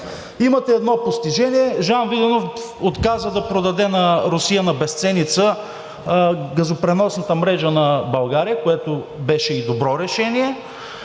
Имате едно постижение – Жан Виденов отказа да продаде на Русия на безценица газопреносната мрежа на България, което беше и добро решение.